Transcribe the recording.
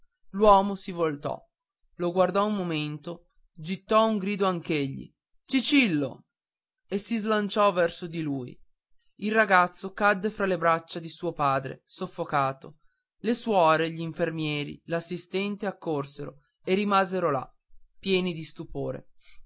l'uomo si voltò lo guardò un momento gittò un grido anch'egli cicillo e si slanciò verso di lui il ragazzo cadde fra le braccia di suo padre soffocato le suore gl'infermieri l'assistente accorsero e rimasero lì pieni di stupore